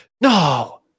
No